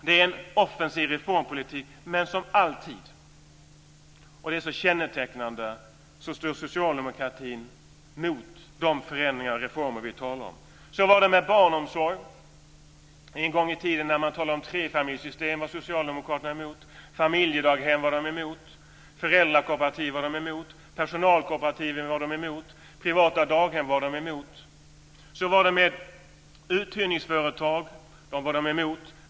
Det är en offensiv reformpolitik, men som alltid - och det är så kännetecknande - står socialdemokratin mot de förändringar och reformer som vi talar om. Så var det med barnomsorgen. En gång i tiden när man talade om trefamiljsystem var Socialdemokraterna emot det. Familjedaghem var de emot. Föräldrakooperativ var de emot. Personalkooperativ var de emot. Privata daghem var de emot. Så var det med uthyrningsföretag - dem var de emot.